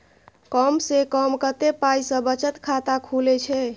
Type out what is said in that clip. कम से कम कत्ते पाई सं बचत खाता खुले छै?